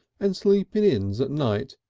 and sleep in inns at night,